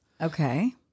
Okay